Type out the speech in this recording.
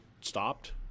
stopped